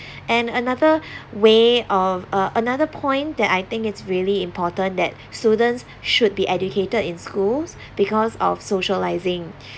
and another way of uh another point that I think it's really important that students should be educated in schools because of socialising